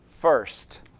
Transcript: first